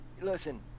listen